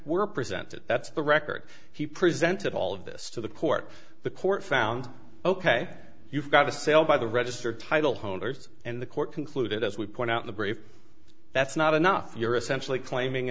were presented that's the record he presented all of this to the court the court found ok you've got a sale by the register titleholders and the court concluded as we point out the brief that's not enough you're essentially claiming